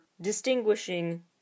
distinguishing